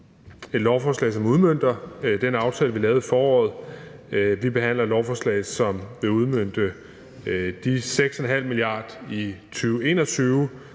et lovforslag, som udmønter den aftale, vi lavede i foråret. Vi behandler et lovforslag, som vil udmønte de 6,5 mia. kr. i 2021